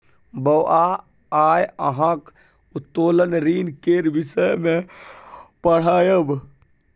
बौआ आय अहाँक उत्तोलन ऋण केर विषय मे पढ़ायब